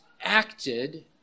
acted